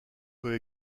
peut